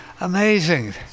amazing